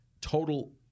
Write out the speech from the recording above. total